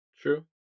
True